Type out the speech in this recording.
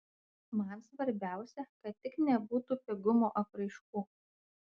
man svarbiausia kad tik nebūtų pigumo apraiškų